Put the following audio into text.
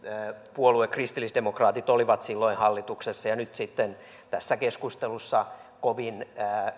puolue eli kristillisdemokraatit olivat silloin hallituksessa ja nyt sitten tässä keskustelussa kovin